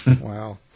Wow